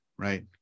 right